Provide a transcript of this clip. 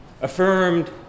affirmed